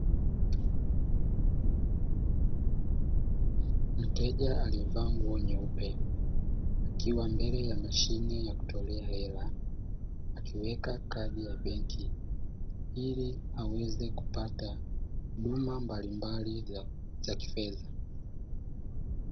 Mteja aliyevaa nguo nyeupe akiwa mbele ya mashine ya kutolea hela akiweka kadi ya benki, ili aweze kupata huduma mbalimbali za kifedha.